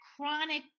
chronic